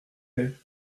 lait